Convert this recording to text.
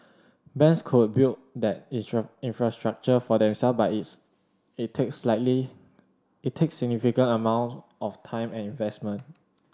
banks could build that infrastructure for themselves but it takes it takes significant amounts of time and investment